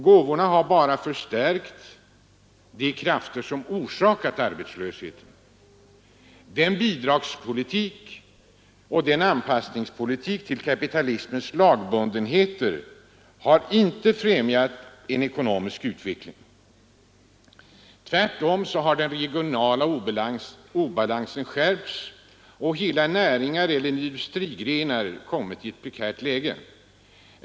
Gåvorna har bara förstärkt de krafter som orsakat arbetslösheten. Denna bidragspolitik och denna anpassningspolitik till kapitalismens lagbundenheter har inte främjat en riktig ekonomisk utveckling. Tvärtom har den regionala obalansen skärpts och hela näringar eller industrigrenar kommit i ett prekärt läge.